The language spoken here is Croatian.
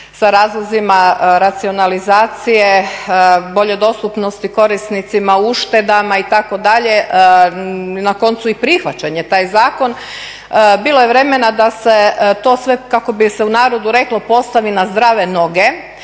sa razlozima racionalizacije bolje dostupnosti korisnicima, uštedama, itd., na koncu i prihvaćen je taj zakon. Bilo je vremena da se to sve kako bi se u narodu reklo postavi na zdrave noge,